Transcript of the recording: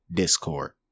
discord